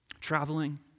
traveling